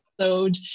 episode